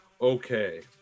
Okay